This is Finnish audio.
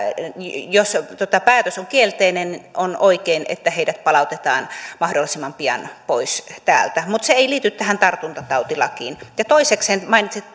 jos päätös on kielteinen on oikein että heidät palautetaan mahdollisimman pian pois täältä mutta se ei liity tähän tartuntatautilakiin toisekseen mainitsitte